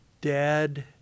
Dad